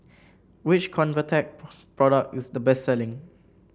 which Convatec product is the best selling